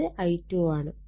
ഇത് I2 ആണ്